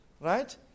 Right